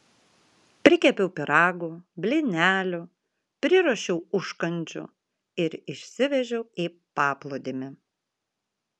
prikepiau pyragų blynelių priruošiau užkandžių ir išsivežiau į paplūdimį